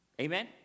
Amen